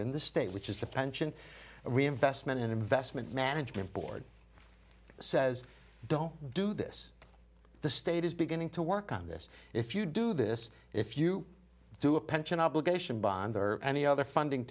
in the state which is the pension reinvestment and investment management board says don't do this the state is beginning to work on this if you do this if you do a pension obligation bonds or any other funding